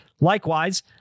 Likewise